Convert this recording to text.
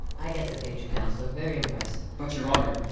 i get the picture, counselor. very impressive. but, your honor,